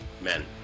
men